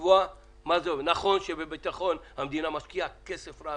נכון שבביטחון המדינה משקיעה כסף רב,